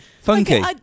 Funky